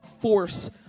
force